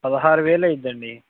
పదహారు వేలయిద్ధండి